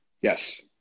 Yes